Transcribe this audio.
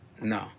No